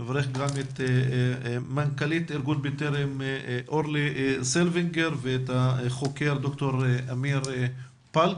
גם את מנכ"לית ארגון בטרם אורלי סילבינגר ואת החוקר ד"ר אמיר פלק.